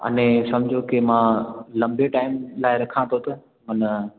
अने सम्झो की मां लंबे टाइम लाइ रखां थो त माना